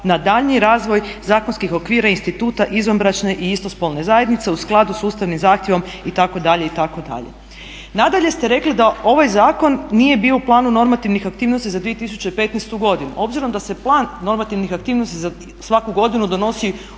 na daljnji razvoj zakonskih okvira, instituta, izvanbračne i istospolne zajednice u skladu sa ustavnim zahtjevom itd., itd…. Nadalje ste rekli da ovaj zakon nije bio u planu normativnih aktivnosti za 2015. godinu. Obzirom da se plan normativnih aktivnosti za svaku godinu donosi u